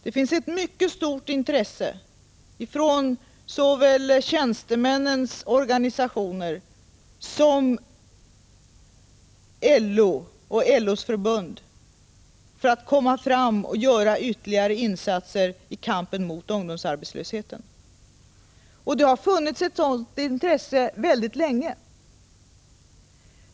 Det finns ett mycket stort intresse från såväl tjänstemännens organisationer som från LO och LO:s förbund för att komma fram och göra ytterligare insatser i kampen mot ungdomsarbetslösheten. Det har funnits ett sådant intresse väldigt länge.